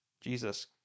Jesus